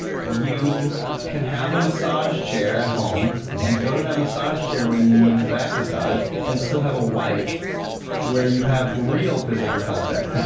you can have a massage chair at home and go to that massage chair where you need your back massage and still have a wife where you have real physical contact.